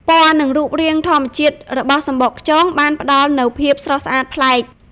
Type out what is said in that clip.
ពណ៌ និងរូបរាងធម្មជាតិរបស់សំបកខ្យងបានផ្តល់នូវភាពស្រស់ស្អាតប្លែក។